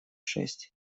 шесть